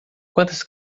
quantas